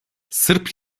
sırp